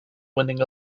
winning